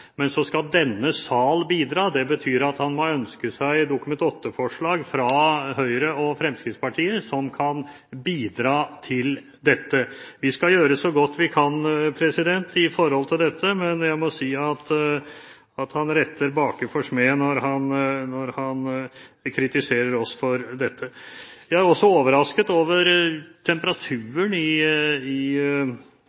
Men så skal denne sal bidra. Det betyr at han må ønske seg et Dokument nr. 8-forslag fra Høyre og Fremskrittspartiet som kan bidra til dette. Vi skal gjøre så godt vi kan, men jeg må si at han retter baker for smed når han kritiserer oss for dette. Jeg er også overrasket over